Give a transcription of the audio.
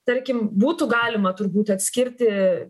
tarkim būtų galima turbūt atskirti